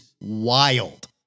wild